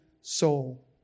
soul